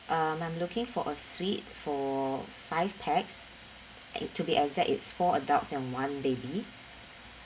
um I'm looking for a suite for five pax eh to be exact it's four adults and one baby